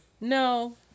No